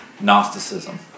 Gnosticism